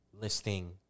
listing